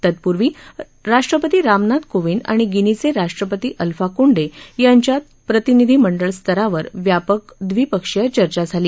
तत्पूर्वी राष्ट्रपती रामनाथ कोविंद आणि गिनीचे राष्ट्रपती अल्फा कोंडे यांच्यात प्रतिनिधीमंडळ स्तरावर व्यापक द्विपक्षीय चर्चा झाली